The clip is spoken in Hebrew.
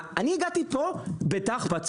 הגעתי פה בתחב"צ.